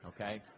okay